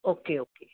okay okay